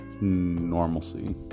normalcy